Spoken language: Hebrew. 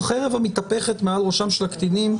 החרב המתהפכת מעל ראשם של הקטינים,